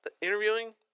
interviewing